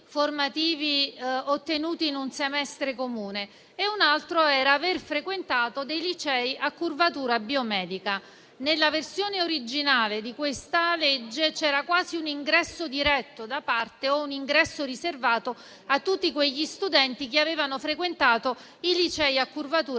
un altro era aver frequentato dei licei a curvatura biomedica. Nella versione originale di questo disegno di legge c'era quasi un ingresso diretto o comunque un ingresso riservato a tutti quegli studenti che avevano frequentato i licei a curvatura biomedica.